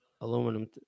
aluminum